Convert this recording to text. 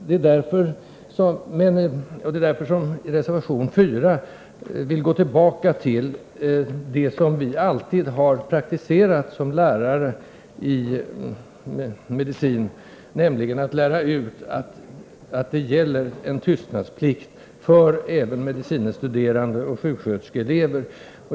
Det är därför som vi — det framgår av reservation 4 — vill gå tillbaka till det som vi lärare i medicin alltid har praktiserat, nämligen att lära ut att tystnadsplikt gäller även för medicine studerande och sjuksköterskeelever.